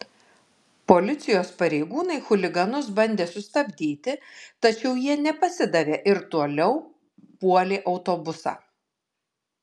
policijos pareigūnai chuliganus bandė sustabdyti tačiau jie nepasidavė ir toliau puolė autobusą